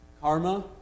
karma